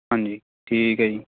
ਹਾਂਜੀ ਠੀਕ ਹੈ ਜੀ